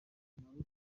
muntu